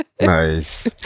Nice